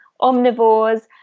omnivores